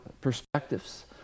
perspectives